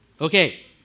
Okay